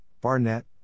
Barnett